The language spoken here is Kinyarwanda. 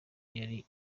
yari